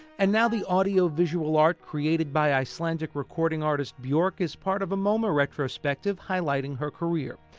and now the audiovisual art created by icelandic recording artist bjork is part of a moma retrospective highlighting her career.